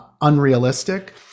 unrealistic